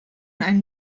ein